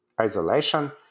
isolation